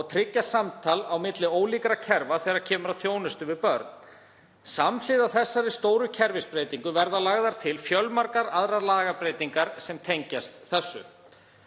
og tryggja samtal á milli ólíkra kerfa þegar kemur að þjónustu við börn. Samhliða þessari stóru kerfisbreytingu verða lagðar til fjölmargar aðrar lagabreytingar sem tengjast þessu.